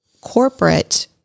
corporate